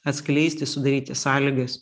atskleisti sudaryti sąlygas